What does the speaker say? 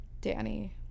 Danny